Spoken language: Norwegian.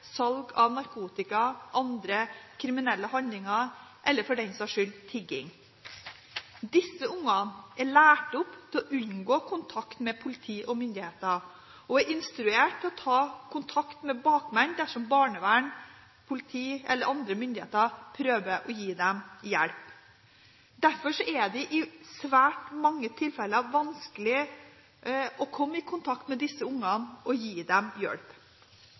salg av narkotika, andre kriminelle handlinger eller for den saks skyld tigging. Disse ungene er lært opp til å unngå kontakt med politi og myndigheter og er instruert til å ta kontakt med bakmenn dersom barnevern, politi eller andre myndigheter prøver å gi dem hjelp. Derfor er det i svært mange tilfeller vanskelig å komme i kontakt med disse ungene og gi dem hjelp.